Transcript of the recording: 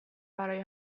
برای